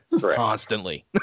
constantly